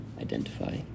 identify